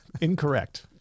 incorrect